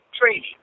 training